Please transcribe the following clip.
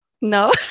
No